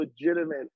legitimate